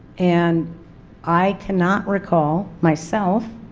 and i cannot recall myself,